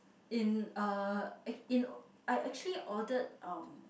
in uh ac~ in I actually ordered um